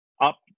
up